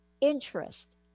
interest